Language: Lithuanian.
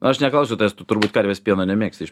aš neklausiu tavęs tu turbūt karvės pieno nemėgsti iš